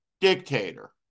dictator